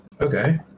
Okay